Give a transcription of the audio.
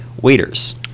waiters